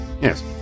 yes